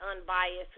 unbiased